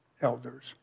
elders